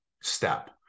step